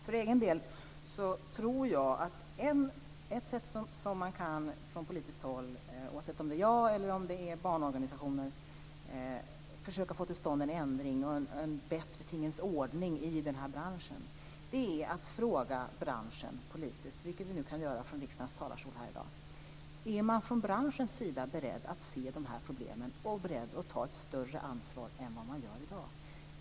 För egen del tror jag att ett sätt att från politiskt håll få till stånd en bättre tingens ordning i den här branschen är att fråga branschen - vilket vi nu kan göra här i dag från riksdagens talarstol - om man från branschens sida är beredd att se de här problemen och ta ett större ansvar än vad man gör i dag. Den frågan kan också ställas från barnorganisationerna.